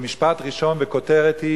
במשפט ראשון ובכותרת,